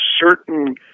certain